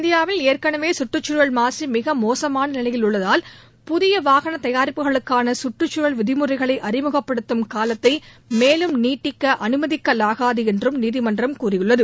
இந்தியாவில் ஏற்கனவே சுற்றுச்சூழல் மாசு மிக மோசமான நிலையில் உள்ளதால் புதிய வாகன தயாரிப்புகளுக்கான கற்றுக்சூழல் விதிமுறைகளை அறிமுகப்படுத்தும் காலத்தை மேலும் நீட்டிக்க அனுமதிக்கலாகாது என்றும் நீதிமன்றம் கூறியுள்ளது